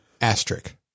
Asterisk